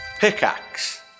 Pickaxe